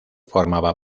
formaba